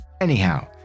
anyhow